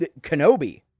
Kenobi